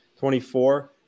24